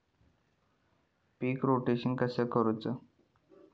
पीक rotation कसा करूचा?